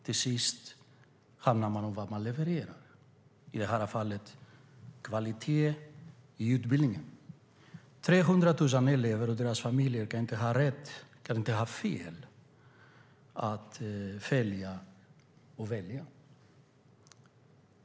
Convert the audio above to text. Till sist handlar det om vad man levererar, i det här fallet kvalitet i utbildningen.300 000 elever och deras familjer kan inte ha fel när de utnyttjar möjligheten att välja.